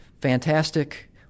fantastic